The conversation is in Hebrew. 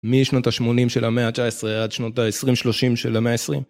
משנות ה-80 של המאה ה-19 עד שנות ה-20-30 של המאה ה-20.